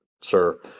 sir